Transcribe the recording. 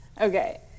Okay